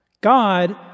God